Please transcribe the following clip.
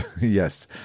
yes